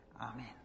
Amen